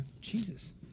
Jesus